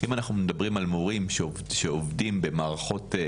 אם אנחנו מדברים על מורים שעובדים בעלויות,